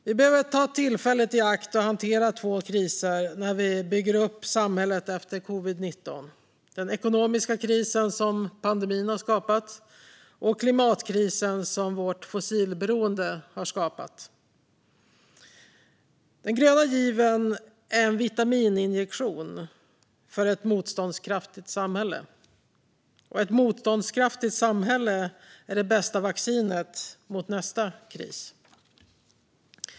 Vi behöver ta tillfället i akt och hantera två kriser när vi bygger upp samhället efter covid-19, den ekonomiska kris som pandemin har skapat och den klimatkris som vårt fossilberoende har skapat. Den gröna given är en vitamininjektion för ett motståndskraftigt samhälle, och ett motståndskraftigt samhälle är bästa vaccinet mot nästa kris.